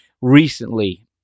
recently